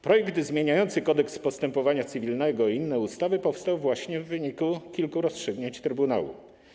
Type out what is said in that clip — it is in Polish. Projekt ustawy zmieniającej Kodeks postępowania cywilnego i inne ustawy powstał właśnie w wyniku kilku rozstrzygnięć Trybunału.